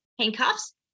handcuffs